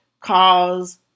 cause